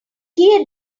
key